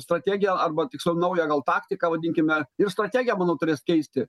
strategiją arba tiksliau naują gal taktiką vadinkime ir strategiją manau turės keisti